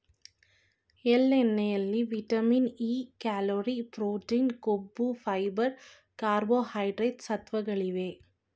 ಎಳ್ಳೆಣ್ಣೆಯಲ್ಲಿ vitamin E, calorie, protein, ಕೊಬ್ಬು, fibre, carbohydrates ಸತ್ವಗಳಿವೆ